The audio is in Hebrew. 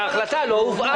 וההחלטה לא הובאה לפה.